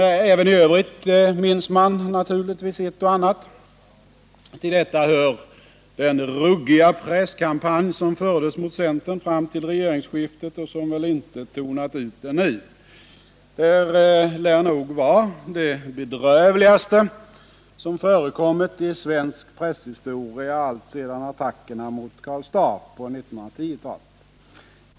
Även i övrigt minns man naturligtvis ett och annat. Till detta hör den ruggiga presskampanj som fördes mot centern fram till regeringsskiftet och som väl inte tonat ut ännu. Den lär nog vara det bedrövligaste som förekommit i svensk presshistoria alltsedan attackerna mot Karl Staaff på 1910-talet.